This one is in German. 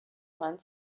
man